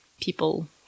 people